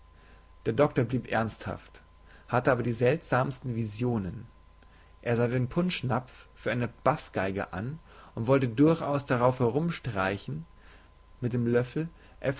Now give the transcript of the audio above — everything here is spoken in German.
der doktor blieb ernsthaft hatte aber die seltsamsten visionen er sah den punschnapf für eine baßgeige an und wollte durchaus darauf herumstreichen mit dem löffel